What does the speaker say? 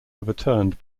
overturned